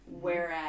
Whereas